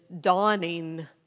dawning